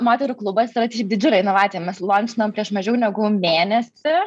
moterų klubas yra šiaip didžiulė inovacija mes lončinom prieš mažiau negu mėnesį